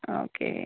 ആ ഓക്കെ